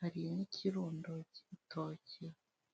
hari n'ikirundo cy'ibitoki.